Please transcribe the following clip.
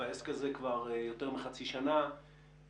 אז עכשיו יש את הנתונים של אמצע ספטמבר וייקח עוד זמן עד שנקבל נתונים